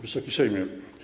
Wysoki Sejmie!